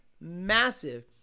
massive